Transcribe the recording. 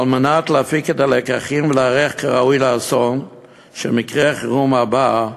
על מנת להפיק את הלקחים ולהיערך כראוי לאסון למקרה החירום הבא,